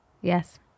Yes